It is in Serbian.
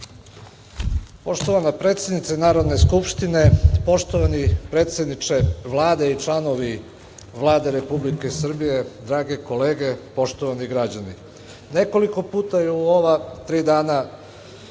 Poštovana predsednice Narodne skupštine, poštovani predsedniče Vlade i članovi Vlade Republike Srbije, drage kolege, poštovani građani, nekoliko puta je u ova tri dana